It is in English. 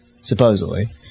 supposedly